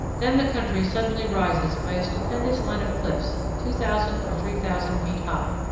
then the country suddenly rises by a stupendous line of cliffs two thousand or three thousand feet high.